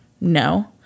No